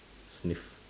sniff